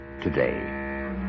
today